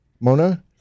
Mona